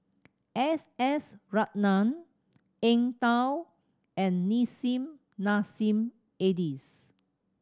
S S Ratnam Eng Tow and Nissim Nassim Adis